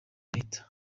leta